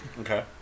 okay